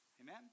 Amen